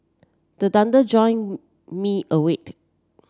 join me awake